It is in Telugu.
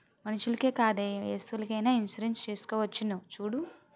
మనుషులకే కాదే ఏ వస్తువులకైన ఇన్సురెన్సు చేసుకోవచ్చును చూడూ